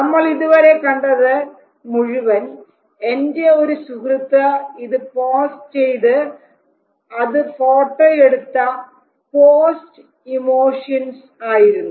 നമ്മൾ ഇതുവരെ കണ്ടത് മുഴുവൻ എൻറെ ഒരു സുഹൃത്ത് ഇത് പോസ് ചെയ്തു അതു ഫോട്ടോയെടുത്ത പോസ്ഡ് ഇമോഷൻസ് ആയിരുന്നു